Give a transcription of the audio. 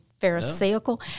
pharisaical